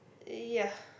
ya